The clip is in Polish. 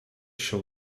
się